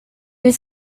was